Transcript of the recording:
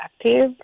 active